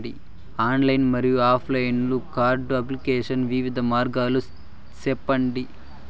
Online మరియు offline card application వివిధ మార్గాలు సెప్పండి?